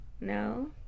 No